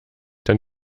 dann